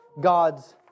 God's